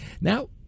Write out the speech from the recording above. Now